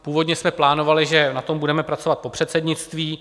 Původně jsme plánovali, že na tom budeme pracovat po předsednictví.